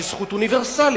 שהיא זכות אוניברסלית,